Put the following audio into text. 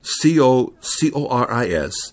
C-O-C-O-R-I-S